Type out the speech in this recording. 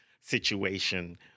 situation